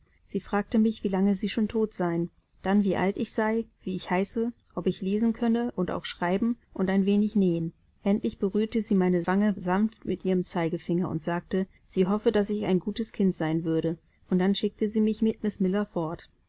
sie fragte mich wie lange sie schon tot seien dann wie alt ich sei wie ich heiße ob ich lesen könne und auch schreiben und ein wenig nähen endlich berührte sie meine wange sanft mit ihrem zeigefinger und sagte sie hoffe daß ich ein gutes kind sein würde und dann schickte sie mich mit miß miller fort